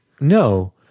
no